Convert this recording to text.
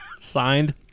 Signed